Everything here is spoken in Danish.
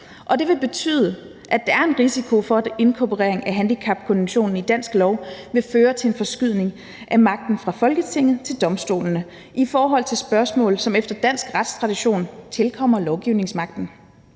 det vil betyde, at der er en risiko for, at en inkorporering af handicapkonventionen i dansk lov vil føre til en forskydning af magten fra Folketinget til domstolene i forhold til spørgsmål, som efter dansk retstradition tilkommer lovgivningsmagten.